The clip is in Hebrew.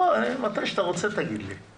אנחנו נרצה להציג לכם